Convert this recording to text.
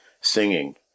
singing